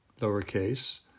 lowercase